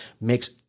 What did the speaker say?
makes